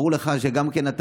ברור לך שגם אתה,